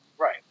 Right